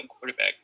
quarterback